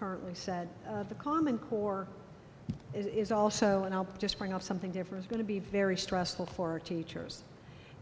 currently said the common core is also an alp just bring up something different going to be very stressful for teachers